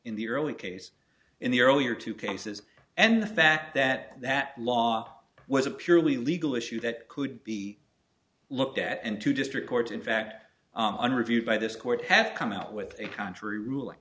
in the early case in the earlier two cases and the fact that that law was a purely legal issue that could be looked at into district court in fact under review by this court have come out with a contrary ruling